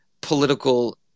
political –